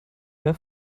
mehr